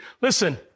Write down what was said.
listen